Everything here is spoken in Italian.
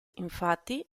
infatti